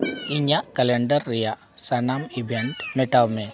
ᱤᱧᱟᱹᱜ ᱠᱮᱞᱮᱱᱰᱟᱨ ᱨᱮᱭᱟᱜ ᱥᱟᱱᱟᱢ ᱤᱵᱷᱮᱱᱴ ᱢᱮᱴᱟᱣ ᱢᱮ